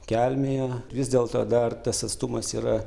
kelmėje vis dėlto dar tas atstumas yra